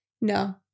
No